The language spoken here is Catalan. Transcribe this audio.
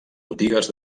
botigues